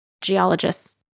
geologists